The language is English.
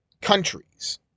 countries